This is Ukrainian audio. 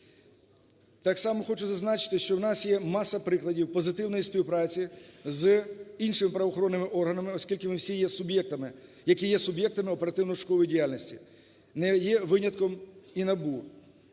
Так само хочу зазначити, що у нас є маса прикладів позитивної співпраці з іншими правоохоронними органами. Оскільки ми всі є суб'єктами, які є суб'єктами оперативно-розшукової діяльності, не є винятком і НАБУ.